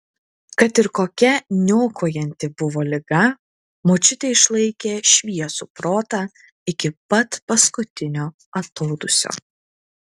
kad ir kokia niokojanti buvo liga močiutė išlaikė šviesų protą iki pat paskutinio atodūsio